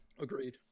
agreed